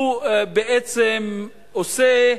הוא בעצם עושה,